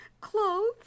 Clothes